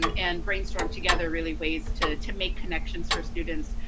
and and brainstorm together, really, ways to to make connections for students,